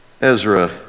Ezra